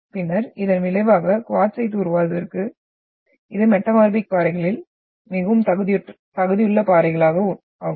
பின்னர் இதன் விளைவாக குவார்ட்சைட் உருவாவதற்கு இது மெட்டமார்பிக் பாறைகளில் மிகவும் தகுதியுள்ள பாறைகள் ஆகும்